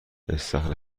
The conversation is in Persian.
استخر